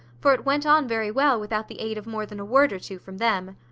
for it went on very well without the aid of more than a word or two from them.